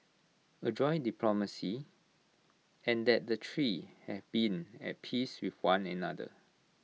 adroit diplomacy and that the three have been at peace with one another